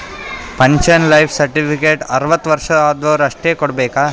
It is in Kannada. ಪೆನ್ಶನ್ ಲೈಫ್ ಸರ್ಟಿಫಿಕೇಟ್ ಅರ್ವತ್ ವರ್ಷ ಆದ್ವರು ಅಷ್ಟೇ ಕೊಡ್ಬೇಕ